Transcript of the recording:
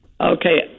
Okay